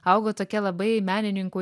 augo tokia labai menininkų